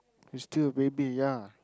you still baby ya